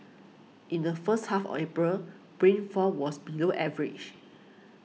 in the first half of April rainfall was below average